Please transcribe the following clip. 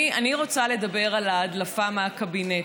אני רוצה לדבר על ההדלפה מהקבינט.